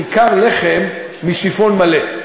כיכר לחם משיפון מלא.